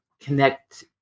connect